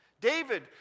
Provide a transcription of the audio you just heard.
David